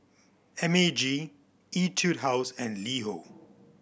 M A G Etude House and LiHo